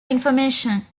information